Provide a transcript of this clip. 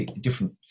different